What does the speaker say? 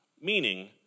Meaning